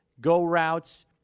go-routes